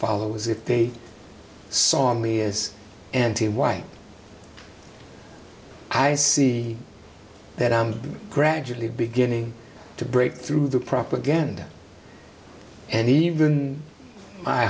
follows if they saw me as anti white i see that i am gradually beginning to break through the propaganda and even